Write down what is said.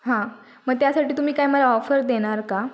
हां मग त्यासाठी तुम्ही काय मला ऑफर देणार का